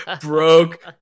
broke